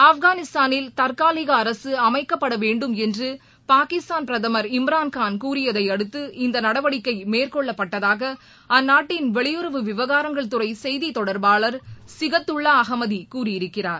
ஆப்கானிஸ்தானிலதற்காலிகஅரசுஅமைக்கப்படவேண்டும் என்றுபாகிஸ்தான் பிரதமர் இம்ரான்கான் கூறியதையடுத்து இந்தநடவடிக்கைமேற்கொள்ளப்பட்டதாகஅந்நாட்டின் வெளியுறவு விவகாரங்கள் துறைசெய்திதொடர்பாளர் சிகத்துள்ளாஅகமதிகூறியிருக்கிறார்